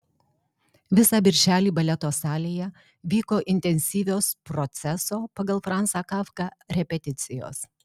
visą birželį baleto salėje vyko intensyvios proceso pagal franzą kafką repeticijos